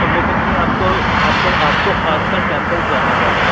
کے لیے آپ کو آپ کو آپ کو خاص کر ٹیمپلس جانا ہے زیادہ